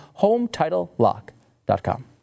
HomeTitleLock.com